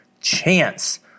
chance